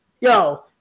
yo